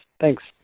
Thanks